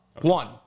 One